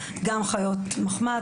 גם חיות מחמש,